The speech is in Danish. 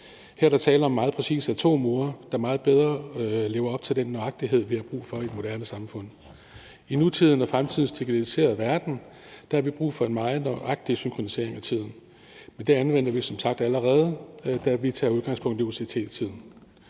der tale om meget præcise atomure, der meget bedre lever op til den nøjagtighed, vi har brug for i et moderne samfund. I nutidens og fremtidens digitaliserede verden har vi brug for en meget nøjagtig synkronisering af tiden. Men det anvender vi som sagt allerede, da vi tager udgangspunkt i UTC-tiden.